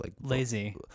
Lazy